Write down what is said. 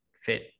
fit